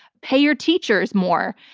pay your teachers more,